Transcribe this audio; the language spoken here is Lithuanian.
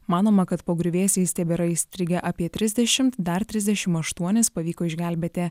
manoma kad po griuvėsiais tebėra įstrigę apie trisdešimt dar trisdešimt aštuonis pavyko išgelbėti